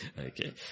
okay